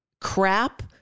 crap